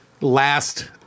last